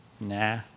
Nah